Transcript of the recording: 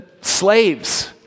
slaves